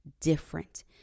different